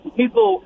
people